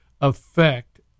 effect